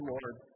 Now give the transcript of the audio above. Lord